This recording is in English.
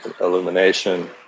illumination